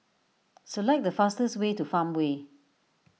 select the fastest way to Farmway